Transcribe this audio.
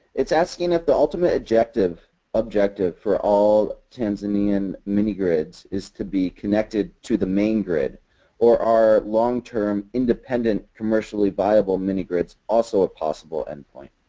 it's asking if the ultimate objective objective for all tanzanian mini grids is to be connected to the main grid or are all long-term independent commercially viable mini grids also a possible end point?